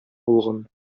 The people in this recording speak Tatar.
булган